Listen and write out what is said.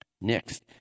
Next